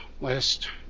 Last